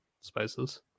spices